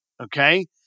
okay